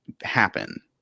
happen